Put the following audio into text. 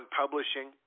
Publishing